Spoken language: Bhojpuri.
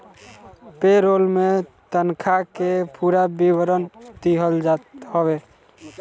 पे रोल में तनखा के पूरा विवरण दिहल जात हवे